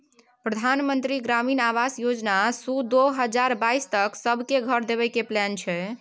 परधान मन्त्री ग्रामीण आबास योजना सँ दु हजार बाइस तक सब केँ घर देबे केर प्लान छै